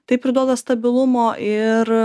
tai priduoda stabilumo ir